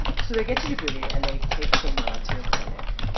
so they get to djibouti, and they take shaima to a clinic,